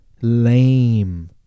lame